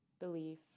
belief